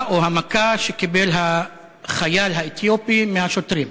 או המכה שקיבל החייל האתיופי מהשוטרים.